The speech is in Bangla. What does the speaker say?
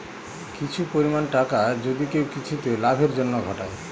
কিছু পরিমাণ টাকা যদি কেউ কিছুতে লাভের জন্য ঘটায়